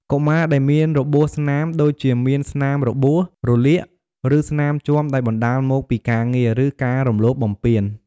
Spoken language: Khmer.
កុមារដែលមានរបួសស្នាម ដូចជាមានស្នាមរបួស រលាក ឬស្នាមជាំដែលបណ្ដាលមកពីការងារ ឬការរំលោភបំពាន។